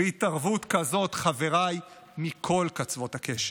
והתערבות כזאת, חבריי, מכל קצוות הקשת,